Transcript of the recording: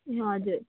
हजुर